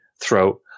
throat